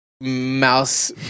mouse